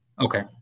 Okay